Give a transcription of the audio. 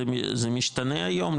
זה משתנה היום,